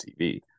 TV